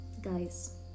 guys